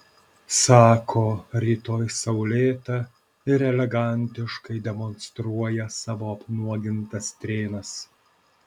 sako rytoj saulėta ir elegantiškai demonstruoja savo apnuogintas strėnas